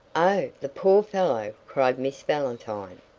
oh, the poor fellow, cried miss valentine.